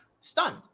stunned